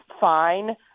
fine